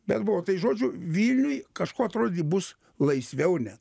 bet buvo tai žodžiu vilniuj kažkuo atrodė bus laisviau net